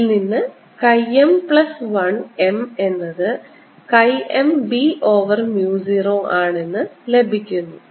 ഇതിൽനിന്ന് chi m plus 1 m എന്നത് chi m b over mu 0 ആണെന്ന് ലഭിക്കുന്നു